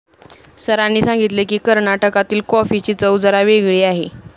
सरांनी सांगितले की, कर्नाटकातील कॉफीची चव जरा वेगळी आहे